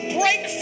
break